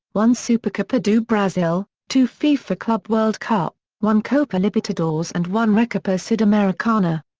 one supercopa do brasil, two fifa club world cup, one copa libertadores and one recopa sudamericana.